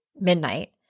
Midnight